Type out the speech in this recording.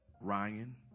Ryan